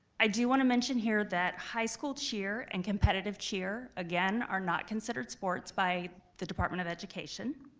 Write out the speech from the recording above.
i do wanna mention here that high school cheer and competitive cheer, again, are not considered sports by the department of education,